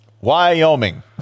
Wyoming